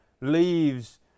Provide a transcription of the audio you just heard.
leaves